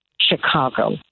Chicago